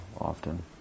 often